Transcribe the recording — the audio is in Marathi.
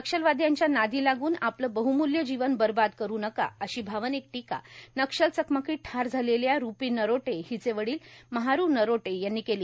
नक्षलवाद्यांच्या नादी लागून आपलं बहूमल्य जीवन बरबाद करू नका अशी भावनिक टीका नक्षल चकमकीत ठार झालेल्या रूपी वरोटे हिचे वडील महारू नरोटे यांनी केलं